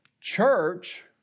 church